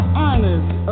honest